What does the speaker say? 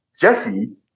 Jesse